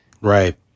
Right